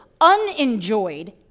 unenjoyed